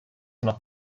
noch